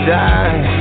die